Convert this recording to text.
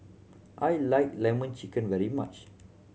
I like Lemon Chicken very much